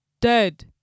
dead